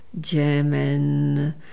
german